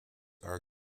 are